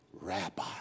rabbi